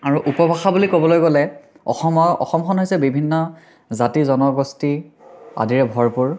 আৰু উপভাষা বুলি ক'বলৈ গ'লে অসমৰ অসমখন হৈছে বিভিন্ন জাতি জনগোষ্ঠী আদিৰে ভৰপূৰ